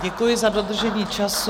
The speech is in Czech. Děkuji za dodržení času.